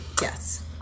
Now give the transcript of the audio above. Yes